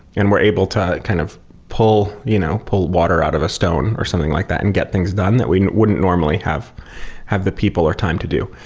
and we're able to kind of pull you know pull water out of a stone or something like that and get things done that we wouldn't normally have have the people or time to do.